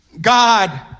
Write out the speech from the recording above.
God